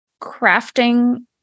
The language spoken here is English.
crafting